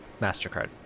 MasterCard